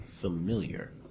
familiar